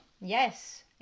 yes